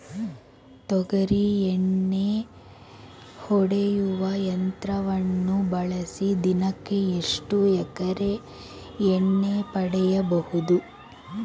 ತೊಗರಿ ಎಣ್ಣೆ ಹೊಡೆಯುವ ಯಂತ್ರವನ್ನು ಬಳಸಿ ದಿನಕ್ಕೆ ಎಷ್ಟು ಎಕರೆ ಎಣ್ಣೆ ಹೊಡೆಯಬಹುದು?